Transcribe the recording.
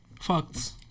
Facts